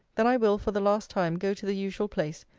then i will, for the last time, go to the usual place,